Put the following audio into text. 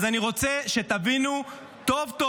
אז אני רוצה שתבינו טוב טוב,